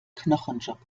knochenjob